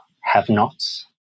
have-nots